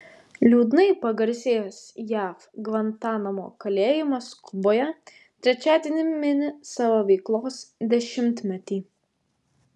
liūdnai pagarsėjęs jav gvantanamo kalėjimas kuboje trečiadienį mini savo veiklos dešimtmetį